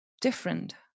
different